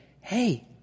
hey